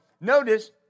notice